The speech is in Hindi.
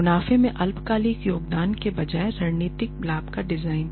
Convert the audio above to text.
मुनाफे में अल्पकालिक योगदान के बजाय रणनीतिक लाभ का डिजाइन